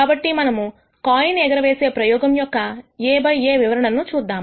కాబట్టి మనము కాయిన్ ఎగరవేసే ప్రయోగం యొక్క A బై A వివరణను చూద్దాం